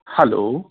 hello